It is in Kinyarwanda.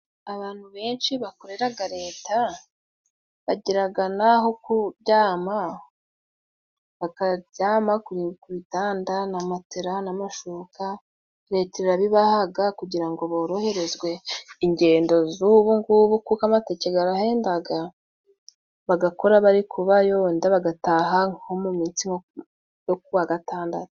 Abantu benshi bakoreraga leta bagiraga naho kuryama; bakaryama ku bitanda na matela n'amashuka leta irabibahaga, kugira ngo boroherezwe ingendo z'ubungubu kuko amatike garahendaga bagakora bari kubayo wenda bagataha nko mu misi yo ku wa gatandatu.